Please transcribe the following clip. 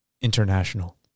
International